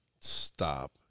Stop